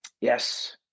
Yes